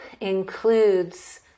includes